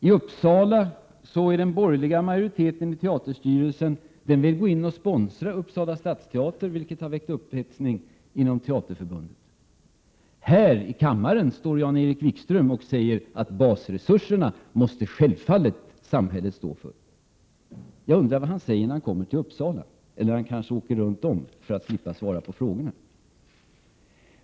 I Uppsala vill den borgerliga majoriteten i teaterstyrelsen sponsra Uppsala stadsteater, vilket har väckt upphetsning inom Teaterförbundet. Här i kammaren står Jan-Erik Wikström och säger att samhället självfallet måste stå för basresurserna. Jag undrar vad han säger när han kommer till Uppsala? Han kanske åker förbi Uppsala för att slippa svara på frågorna.